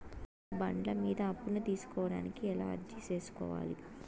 బండ్ల మీద అప్పును తీసుకోడానికి ఎలా అర్జీ సేసుకోవాలి?